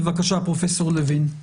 בבקשה, פרופ' לוין.